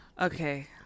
Okay